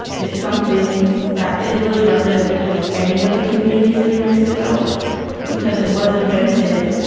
it's something that isn't really representative of any of the communities in new mexico because it was invented.